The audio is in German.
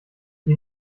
die